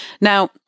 Now